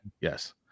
Yes